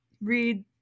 Read